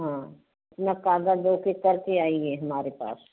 अपना कागजों के करके आइए हमारे पास